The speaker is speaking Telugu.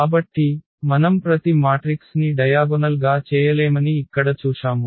కాబట్టి మనం ప్రతి మాట్రిక్స్ ని డయాగొనల్ గా చేయలేమని ఇక్కడ చూశాము